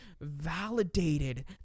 validated